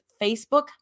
Facebook